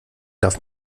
darf